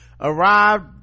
arrived